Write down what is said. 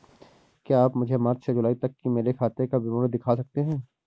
क्या आप मुझे मार्च से जूलाई तक की मेरे खाता का विवरण दिखा सकते हैं?